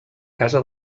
casa